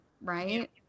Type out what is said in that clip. right